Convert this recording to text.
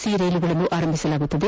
C ರೈಲುಗಳನ್ನು ಆರಂಭಿಸಲಾಗುವುದು